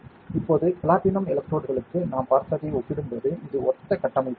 இப்போது பிளாட்டினம் எலக்ட்ரோடுகளுக்கு நாம் பார்த்ததை ஒப்பிடும்போது இது ஒத்த கட்டமைப்பாகும்